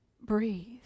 breathe